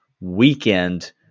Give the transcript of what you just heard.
weekend